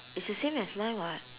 it's the same as mine what